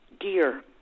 gear